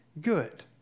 good